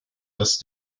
dass